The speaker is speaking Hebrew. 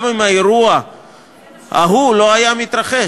גם אם האירוע ההוא לא היה מתרחש.